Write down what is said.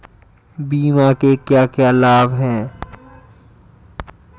बीमा के क्या क्या लाभ हैं?